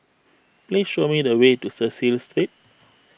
please show me the way to Cecil Street